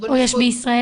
או יש בישראל?